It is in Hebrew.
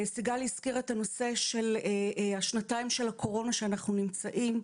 סיגל הזכירה את הנושא של השנתיים של הקורונה שאנחנו נמצאים בהן,